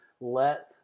Let